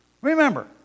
Remember